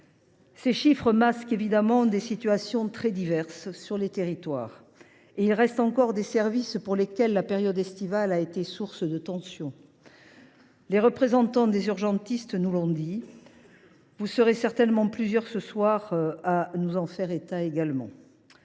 Ces chiffres masquent évidemment la grande diversité des situations dans les territoires. Il reste encore des services pour lesquels la période estivale a été source de tensions. Les représentants des urgentistes nous l’ont dit, et vous serez certainement plusieurs ce soir à en faire également